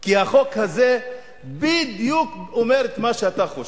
כי החוק הזה בדיוק אומר את מה שאתה חושב.